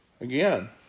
Again